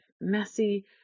messy